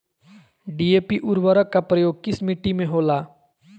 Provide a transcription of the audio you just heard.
DAP उर्वरक का प्रयोग किस मिट्टी में होला?